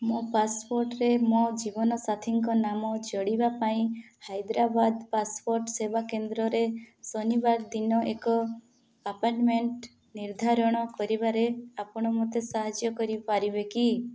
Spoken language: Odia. ମୋ ପାସପୋର୍ଟରେ ମୋ ଜୀବନସାଥୀଙ୍କ ନାମ ଯୋଡ଼ିବା ପାଇଁ ହାଇଦ୍ରାବାଦ ପାସପୋର୍ଟ ସେବା କେନ୍ଦ୍ରରେ ଶନିବାର ଦିନ ଏକ ଆପଏଣ୍ଟମେଣ୍ଟ ନିର୍ଦ୍ଧାରଣ କରିବାରେ ଆପଣ ମୋତେ ସାହାଯ୍ୟ କରିପାରିବେ କି